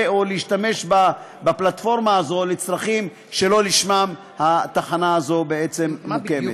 או להשתמש בפלטפורמה הזו לצרכים שלא לשמם התחנה הזו בעצם מוקמת.